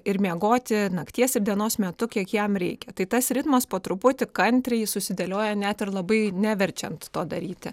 ir miegoti nakties ir dienos metu kiek jam reikia tai tas ritmas po truputį kantriai susidėlioja net ir labai neverčiant to daryti